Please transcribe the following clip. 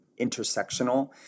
intersectional